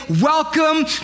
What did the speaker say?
welcome